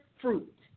fruit